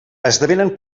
esdevenen